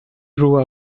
grew